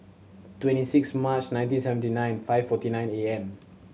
twenty six March nineteen seventy nine five forty nine A M